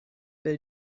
will